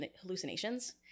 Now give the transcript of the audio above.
hallucinations